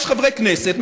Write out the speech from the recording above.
יש חברי כנסת,